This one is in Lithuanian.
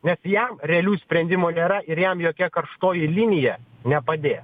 nes jam realių sprendimų nėra ir jam jokia karštoji linija nepadės